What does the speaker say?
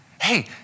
hey